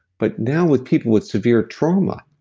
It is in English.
but now with people with severe trauma,